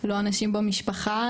לא אנשים במשפחה,